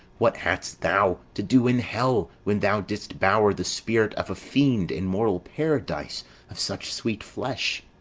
what hadst thou to do in hell when thou didst bower the spirit of a fiend in mortal paradise of such sweet flesh?